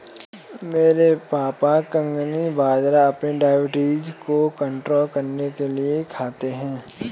मेरे पापा कंगनी बाजरा अपनी डायबिटीज को कंट्रोल करने के लिए खाते हैं